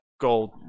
gold